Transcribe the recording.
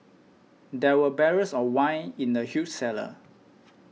there were barrels of wine in the huge cellar